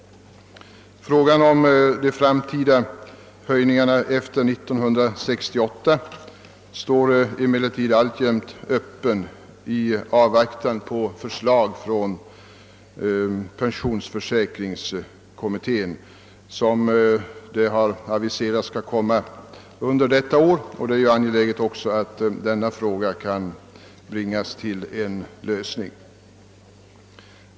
Frågan om de framtida höjningarna — efter 1968 — står emellertid alltjämt öppen i avvaktan på förslag från pensionsförsäkringskommittén. Detta har aviserats till innevarande år och det är också angeläget att denna fråga kan bringas till en lösning.